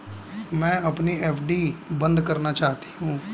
मैं अपनी एफ.डी बंद करना चाहती हूँ